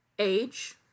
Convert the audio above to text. Age